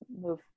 move